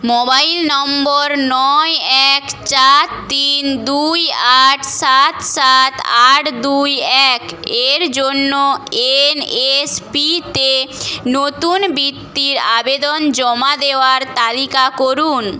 mobile number নয় এক চার তিন দুই আট সাত সাত আট দুই এক এর জন্য এন এস পিতে নতুন বৃত্তির আবেদন জমা দেওয়ার তালিকা করুন